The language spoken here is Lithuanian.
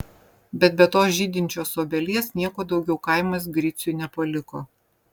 bet be tos žydinčios obelies nieko daugiau kaimas griciui nepaliko